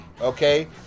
okay